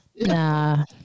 Nah